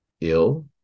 ill